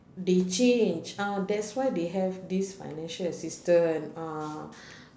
they change ah that's why they have this financial assistance ah